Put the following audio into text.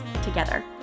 together